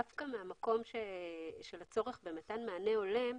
דווקא מהצורך של מתן מענה הולם,